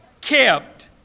kept